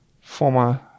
Former